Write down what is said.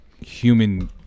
human